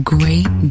Great